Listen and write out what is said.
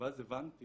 ואז הבנתי